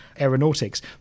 aeronautics